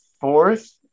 fourth